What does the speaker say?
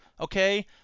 okay